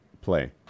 play